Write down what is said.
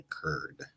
occurred